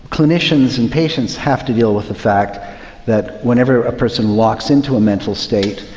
clinicians and patients have to deal with the fact that whenever a person locks into a mental state,